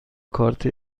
کارت